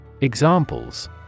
Examples